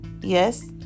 yes